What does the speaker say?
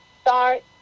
start